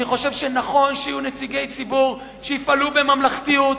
אני חושב שנכון שיהיו נציגי ציבור שיפעלו בממלכתיות,